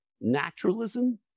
naturalism